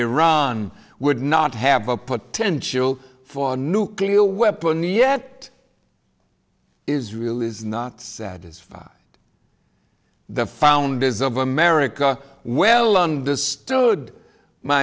iran would not have a potential for nuclear weapon yet israel is not satisfied the founders of america well understood my